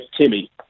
Timmy